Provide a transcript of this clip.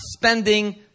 spending